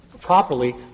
properly